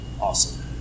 Awesome